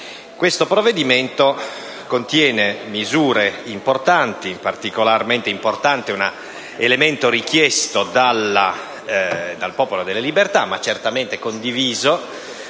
nostro esame contiene misure importanti, e particolarmente importante è un elemento richiesto dal Popolo della Libertà, ma certamente condiviso,